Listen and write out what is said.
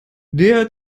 der